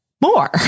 more